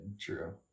True